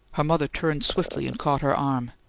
her mother turned swiftly and caught her arm.